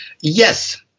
Yes